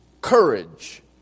courage